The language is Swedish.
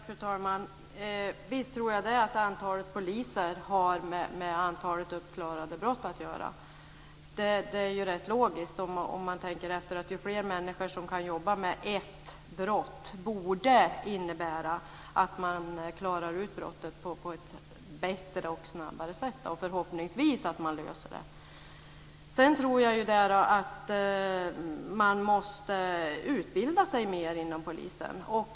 Fru talman! Visst tror jag att antalet poliser har med antalet uppklarade brott att göra. Det är rätt logiskt, om man tänker efter. Ju fler människor som kan jobba med ett brott borde innebära att man klarar ut brottet på ett bättre och snabbare sätt, och förhoppningsvis att man löser det. Man måste utbilda sig mer inom polisen.